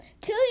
two